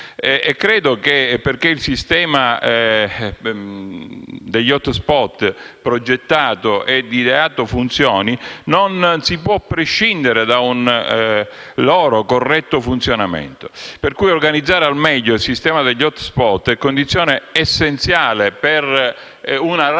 e, affinché il sistema che è stato progettato e ideato funzioni, non si può prescindere da un loro corretto funzionamento. Pertanto, organizzare al meglio il sistema degli *hotspot* è condizione essenziale per una rapida